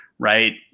right